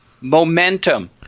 Momentum